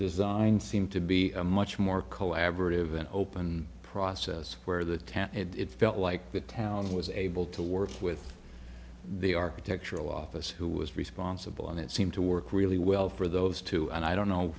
design seemed to be a much more collaborative and open process where the tent and it felt like the town was able to work with the architectural office who was responsible and it seemed to work really well for those two and i don't know